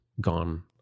gone